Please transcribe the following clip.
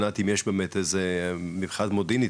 אם יש מרחב מודיעיני,